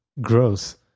gross